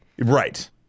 Right